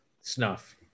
Snuff